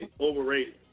Overrated